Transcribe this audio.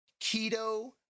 keto